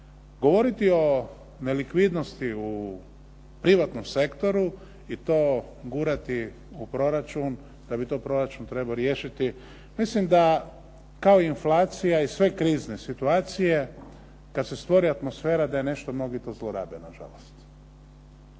Govoriti o nelikvidnosti u privatnom sektoru i to gurati u proračun da bi to proračun trebao riješiti mislim da kao inflacija i sve krizne situacije kad se stvori atmosfera da je nešto mnogi to zlorabe nažalost.